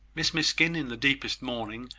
miss miskin, in the deepest mourning,